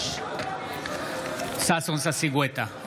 בעד ששון ששי גואטה,